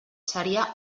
seria